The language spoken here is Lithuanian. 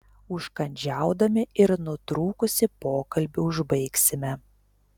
užkandžiaudami ir nutrūkusį pokalbį užbaigsime